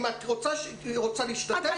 אם את רוצה להשתתף, תהיי בשקט.